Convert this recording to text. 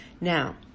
Now